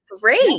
Great